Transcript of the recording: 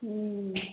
हुँ